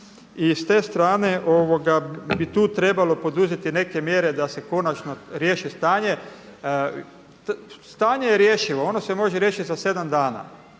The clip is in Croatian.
i s te strane bi tu trebalo poduzeti neke mjere da se konačno riješi stanje. Stanje je rješivo. Ono se može riješiti za sedam dana,